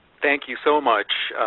thank you so much,